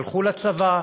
הלכו לצבא,